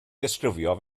ddisgrifio